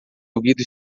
ouvido